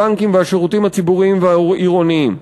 הבנקים והשירותים הציבוריים והעירוניים.